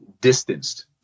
distanced